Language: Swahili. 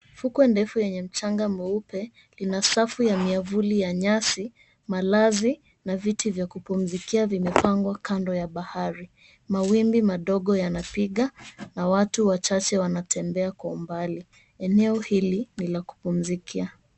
Mfuko ndefu yenye mchanga mweupe lina safu ya miavuli ya nyasi, malazi na viti vya kupumzikia vimepangwa kando ya bahari. Mawimbi madogo yanapiga, na watu wachache wanatembea kwa umbali. Eneo hili ni la kupumzikia.